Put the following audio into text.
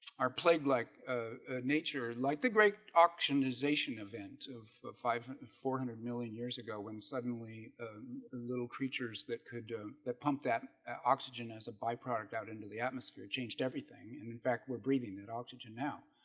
our plague like ah nature like the great auction ization event of five hundred four hundred million years ago when suddenly little creatures that could that pumped that oxygen as a by-product out into the atmosphere changed everything and in fact we're breathing that oxygen now.